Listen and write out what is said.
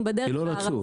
אנחנו בדרך לערבה.